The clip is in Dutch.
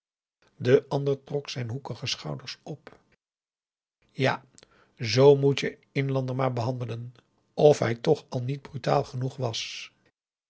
de ander trok zijn hoekige schouders op ja zoo moet je een inlander maar behandelen of hij toch al niet brutaal genoeg was